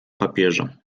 papierze